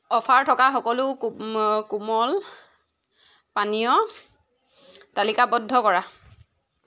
offer থকা সকলো কোম কোমল পানীয় তালিকাবদ্ধ কৰা